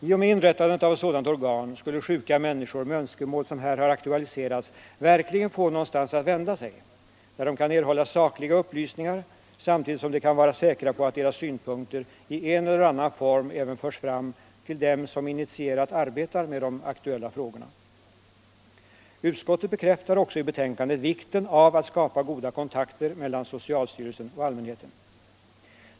I och med inrättandet av ett sådant organ skulle sjuka människor med önskemål som här har aktualiserats verkligen få någonstans att vända sig, där de kan erhålla sakliga upplysningar, samtidigt som de kan vara säkra på att deras synpunkter i en eller annan form även förs fram till dem som initierat arbetar med de aktuella frågorna. Utskottet bekräftar i betänkandet vikten av att skapa goda kontakter mellan socialstyrelsen och allmänheten.